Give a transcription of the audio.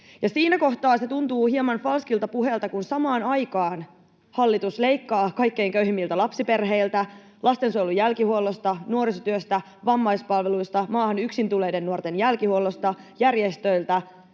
ja siinä kohtaa se tuntuu hieman falskilta puheelta, kun samaan aikaan hallitus leikkaa kaikkein köyhimmiltä lapsiperheiltä, lastensuojelun jälkihuollosta, nuorisotyöstä, vammaispalveluista, maahan yksin tulleiden nuorten jälkihuollosta, järjestöiltä,